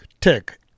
tech